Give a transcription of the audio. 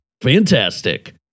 Fantastic